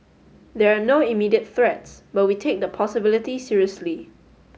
there are no immediate threats but we take the possibility seriously